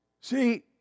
See